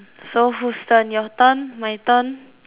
so who's turn your turn my turn